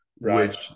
Right